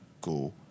go